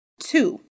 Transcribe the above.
two